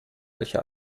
welche